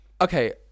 Okay